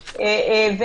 לפתוח.